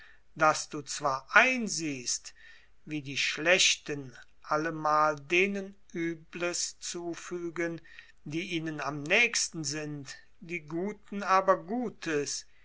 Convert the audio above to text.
daß du zwar einsiehst wie die schlechten allemal denen übles zufügen die ihnen am nächsten sind die guten aber gutes